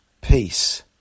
peace